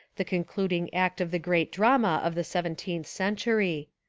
the con cluding act of the great drama of the seventeenth cen tury.